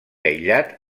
aïllat